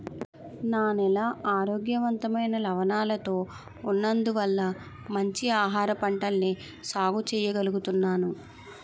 నా నేల ఆరోగ్యవంతమైన లవణాలతో ఉన్నందువల్ల మంచి ఆహారపంటల్ని సాగు చెయ్యగలుగుతున్నాను